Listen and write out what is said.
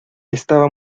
estaba